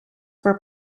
were